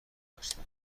گذشته